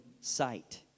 sight